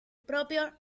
propio